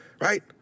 right